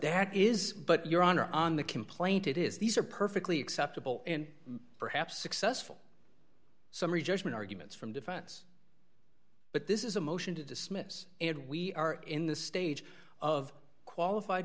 there is but your honor on the complaint it is these are perfectly acceptable and perhaps successful summary judgment arguments from defense but this is a motion to dismiss and we are in the stage of qualified